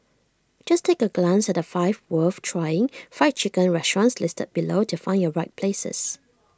just take A glance at the five worth trying Fried Chicken restaurants listed below to find your right places